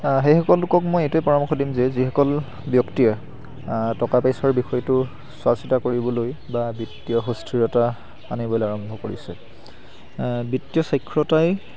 সেইসকল লোকক মই এইটোৱেই পৰামৰ্শ দিম যে যিসকল ব্যক্তিয়ে টকা পইচাৰ বিষয়টো চোৱা চিতা কৰিবলৈ বা বিত্তীয় সুস্থিৰতা আনিবলৈ আৰম্ভ কৰিছে বিত্তীয় স্বাক্ষৰতাই